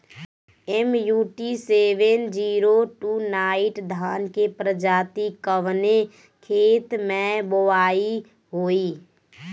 MUT seven zero two nine धान के प्रजाति कवने खेत मै बोआई होई?